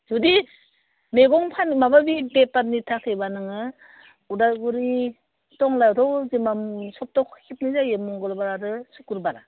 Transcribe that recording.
जुदि मैगं फाननो माबा बे बेफारनि थाखायबा नोङो उदालगुरि टंलायावथ' जेनेबा सबथाहयाव खेबनै जायो मंगलबार आरो सुक्रबार